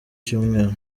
cyumweru